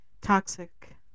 Toxic